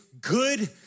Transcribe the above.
good